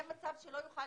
זה מצב שלא יוכל